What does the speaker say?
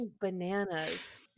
bananas